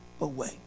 away